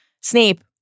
Snape